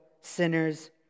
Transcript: sinners